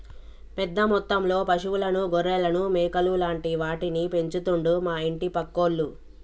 పెద్ద మొత్తంలో పశువులను గొర్రెలను మేకలు లాంటి వాటిని పెంచుతండు మా ఇంటి పక్కోళ్లు